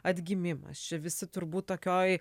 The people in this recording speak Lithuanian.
atgimimas čia visi turbūt tokioj